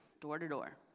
door-to-door